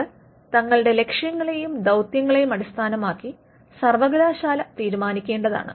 ഇത് തങ്ങളുടെ ലക്ഷ്യങ്ങളെയും ദൌത്യത്തെയും അടിസ്ഥാനമാക്കി സർവ്വകലാശാല തീരുമാനിക്കേണ്ടതാണ്